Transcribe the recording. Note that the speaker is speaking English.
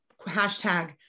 hashtag